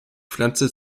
pflanze